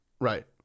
Right